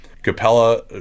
Capella